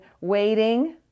waiting